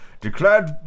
declared